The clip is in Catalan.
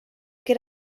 que